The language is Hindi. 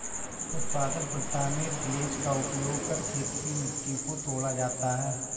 उत्पादन प्रथा में टिलेज़ का उपयोग कर खेत की मिट्टी को तोड़ा जाता है